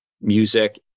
music